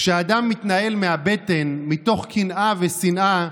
כשהאדם מתנהל מהבטן, מתוך קנאה ושנאה,